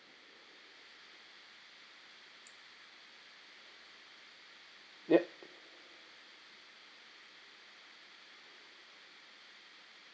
yup